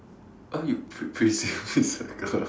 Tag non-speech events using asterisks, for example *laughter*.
oh you pissed pissed a girl *laughs*